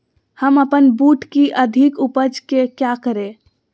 हम अपन बूट की अधिक उपज के क्या करे?